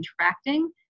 contracting